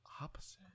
Opposite